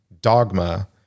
Dogma